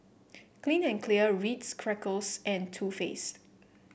Clean and Clear Ritz Crackers and Too Faced